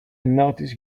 notice